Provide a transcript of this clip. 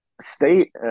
state